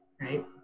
right